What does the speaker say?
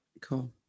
cool